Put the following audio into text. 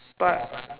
but